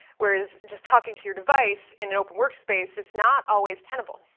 whereas, just talking to your device in an open work space it's not always tenable.